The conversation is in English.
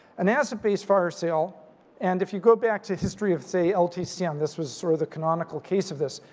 an asset-based fire sale and if you go back to history of say, ltc on this was sort of the canonical case of this,